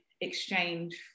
exchange